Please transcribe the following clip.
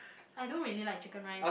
I don't really like chicken rice